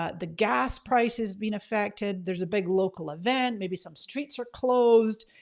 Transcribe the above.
ah the gas prices being affected, there's a big local event maybe some streets are closed.